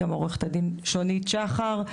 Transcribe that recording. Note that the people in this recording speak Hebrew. גם עו"ד שונית שחר.